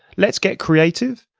let's get creative.